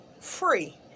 free